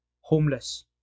homeless